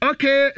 Okay